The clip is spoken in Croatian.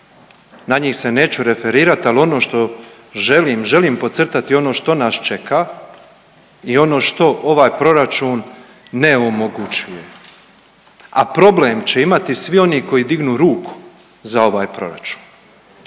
na njih se neću referirat, al ono što želim, želim podcrtati ono što nas čeka i ono što ovaj proračun ne omogućuje, a problem će imati svi oni koji dignu ruku za ovaj proračun